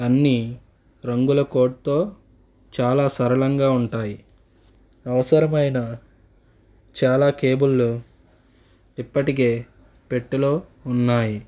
అన్నీ రంగుల కోడ్తో చాలా సరళంగా ఉంటాయి అవసరమైన చాలా కేబుళ్ళు ఇప్పటికే పెట్టెలో ఉన్నాయి